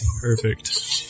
Perfect